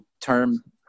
term